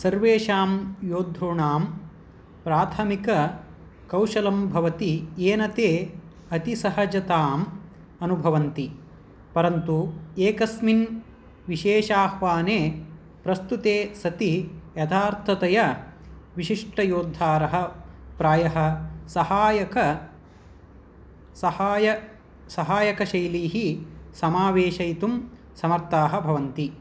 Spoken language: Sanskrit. सर्वेषां योद्धॄणां प्राथमिककौशलं भवति येन ते अतिसहजताम् अनुभवन्ति परन्तु एकस्मिन् विशेषाह्वाने प्रस्तुते सति यथार्थतया विशिष्टयोद्धारः प्रायः सहायक सहाय सहायकशैलीः समावेशयितुं समर्थाः भवन्ति